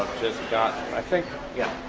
got i think yeah,